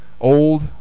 old